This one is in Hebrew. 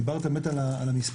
דיברת באמת על המספר,